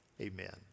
amen